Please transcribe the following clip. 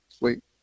Wait